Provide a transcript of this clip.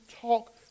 talk